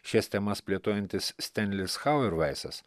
šias temas plėtojantis stenlis hauervaisas